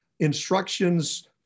Instructions